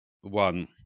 one